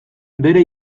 bere